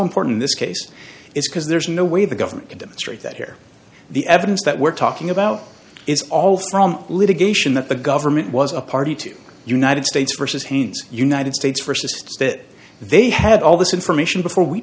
important this case is because there's no way the government can demonstrate that here the evidence that we're talking about is all from litigation that the government was a party to united states versus haynes united states versus just that they had all this information before we